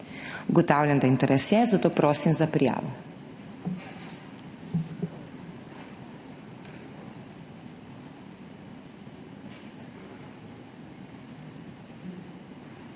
Ugotavljam, da interes je, zato prosim za prijavo.